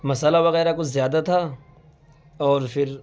مصالحہ وغیرہ کچھ زیادہ تھا اور پھر